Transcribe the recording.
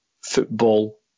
football